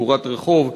תאורת רחוב,